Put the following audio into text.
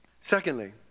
Secondly